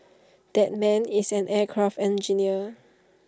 that man is an aircraft engineer